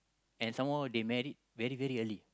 and some more they married very very early